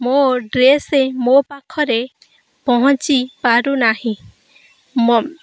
ମୋ ଡ୍ରେସ୍ ମୋ ପାଖରେ ପହଞ୍ଚିପାରୁ ନାହିଁ ମୋ